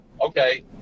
okay